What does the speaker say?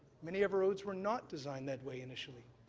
many of our roads were not designed that way initially.